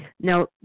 Now